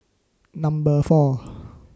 Number four